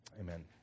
Amen